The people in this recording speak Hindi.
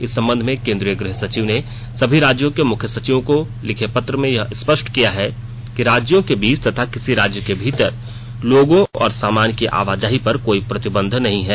इस संबंध में केंद्रीय गृहसचिव ने सभी राज्यों के मुख्य सचिवों को लिखे पत्र में यह स्पष्ट किया है कि राज्यों के बीच तथा किसी राज्य के भीतर लोगों और सामान की आवाजाही पर कोई प्रतिबंध नहीं है